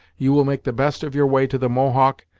you will make the best of your way to the mohawk,